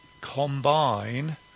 combine